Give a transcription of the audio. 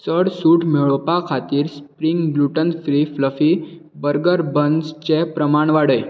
चड सूट मेळोवपा खातीर spring gluten free fluffy burger बन्सचें प्रमाण वाडय